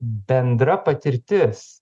bendra patirtis